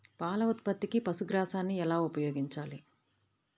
పాల ఉత్పత్తికి పశుగ్రాసాన్ని ఎలా ఉపయోగించాలి?